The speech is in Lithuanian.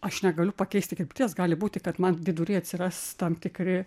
aš negaliu pakeisti krypties gali būti kad man vidury atsiras tam tikri